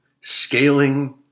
Scaling